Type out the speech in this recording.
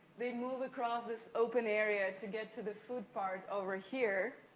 they move across this open area to get to the food part, over here,